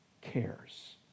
cares